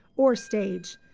or stage,